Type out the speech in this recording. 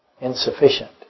Insufficient